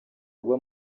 agwa